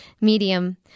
medium